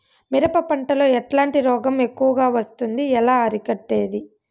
మిరప పంట లో ఎట్లాంటి రోగం ఎక్కువగా వస్తుంది? ఎలా అరికట్టేది?